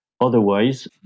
Otherwise